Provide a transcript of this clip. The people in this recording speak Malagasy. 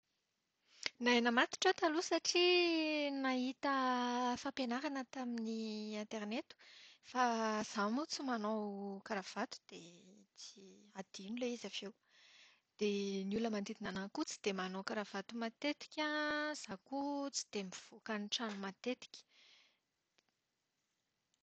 Nahay namatotra aho taloha satria nahita fampiaarana tamin'ny aterineto. Fa izaho moa tsy manao kravaty dia tsy adino ilay izy avy eo. Dia ny olona manodidina anahy koa tsy dia manao kravaty matetika. Izaho koa tsy dia mivoaka ny trano matetika.